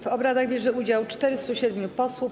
W obradach bierze udział 407 posłów.